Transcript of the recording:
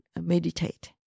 meditate